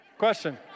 question